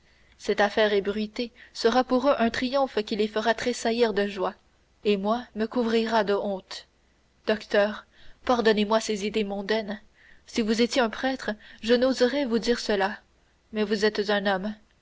cette affaire ébruitée sera pour eux un triomphe qui les fera tressaillir de joie et moi me couvrira de honte docteur pardonnez-moi ces idées mondaines si vous étiez un prêtre je n'oserais vous dire cela mais vous êtes un homme